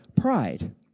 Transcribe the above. pride